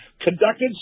conducted